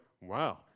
wow